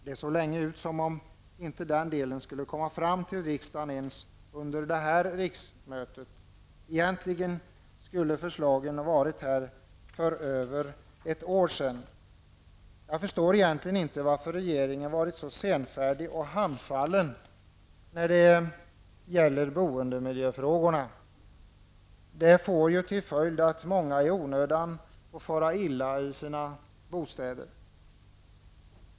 Det såg länge ut som om inte den delen skulle komma fram till riksdagen ens under detta riksmöte. Egentligen skulle förslagen ha varit här för över ett år sedan. Jag förstår egentligen inte varför regeringen varit så senfärdig och handfallen när det gäller boendemiljöfrågorna. Det får till följd att många i onödan får fara illa i sina bostäder.